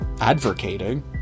advocating